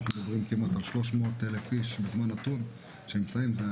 אנחנו מדברים על כמעט 300 אלף איש בזמן נתון שנמצאים שם,